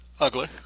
ugly